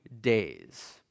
days